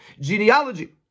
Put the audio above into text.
genealogy